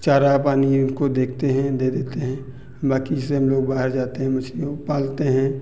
चारा पानी उनको देखते हैं दे देते हैं बाकी जैसे हम लोग बाहर जाते हैं मछलियों को पालते हैं